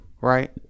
right